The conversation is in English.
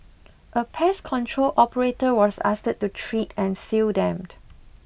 a pest control operator was asked to treat and seal them